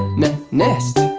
ne-ne nest